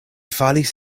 falis